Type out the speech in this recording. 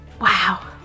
wow